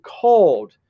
called